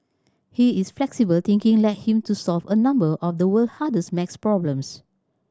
he is flexible thinking led him to solve a number of the world hardest maths problems